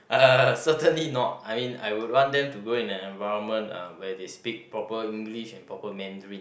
uh certainly not I mean I would want them to grow in an environment uh where they speak proper English and proper Mandarin